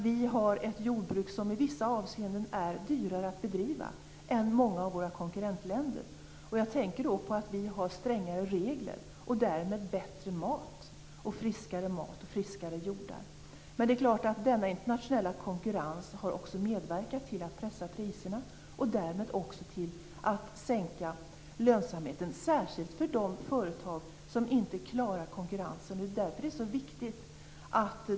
Vi har ett jordbruk som i vissa avseenden är dyrare att bedriva än jordbruket i många av våra konkurrentländer. Jag tänker på att vi har strängare regler och därmed friskare jordar och bättre mat. Den internationella konkurrensen har medverkat till att pressa priserna och därmed till att sänka lönsamheten, särskilt för de företag som inte klarar konkurrensen.